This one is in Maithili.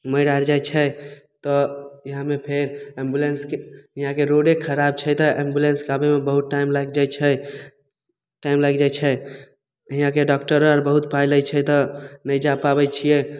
मरि आर जाइ छै तऽ इएहमे फेर एम्बुलेन्सके यहाँके रोडे खराब छै तऽ एम्बुलेन्सके आबैमे बहुत टाइम लागि जाइ छै टाइम लागि जाइ छै हिआँके डॉक्टरो आर बहुत पाइ लै छै तऽ नहि जा पाबै छिए